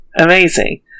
Amazing